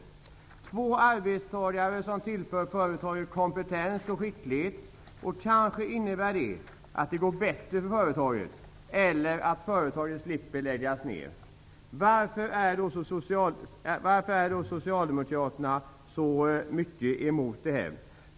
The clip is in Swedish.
Det gäller två arbetstagare som tillför företaget kompetens och skicklighet. Det kan innebära att det kommer att gå bättre för företaget eller att företaget slipper läggas ner. Varför är Socialdemokraterna så starkt emot det här förslaget?